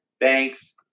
Thanks